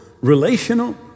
relational